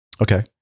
okay